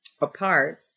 apart